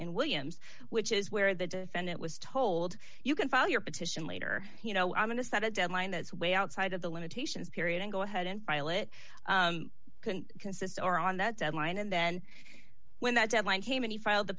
in williams which is where the defendant was told you can file your petition later you know i'm going to set a deadline that's way outside of the limitations period and go ahead and file it consists or on that deadline and then when that deadline came and he filed the